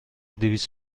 دویست